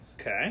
Okay